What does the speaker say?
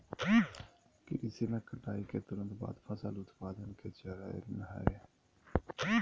कृषि में कटाई के तुरंत बाद फसल उत्पादन के चरण हइ